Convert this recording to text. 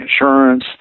insurance